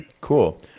Cool